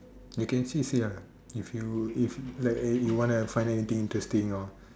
you can still say ah if you if like you wanna find anything interesting or